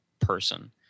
person